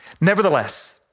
Nevertheless